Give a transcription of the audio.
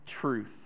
truth